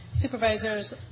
Supervisors